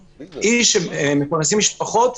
אנחנו מרגישים שלא סופרים אותנו.